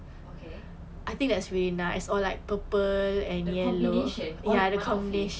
okay the combination all in one outfit